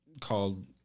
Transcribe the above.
called